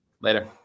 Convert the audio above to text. Later